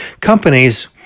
companies